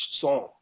song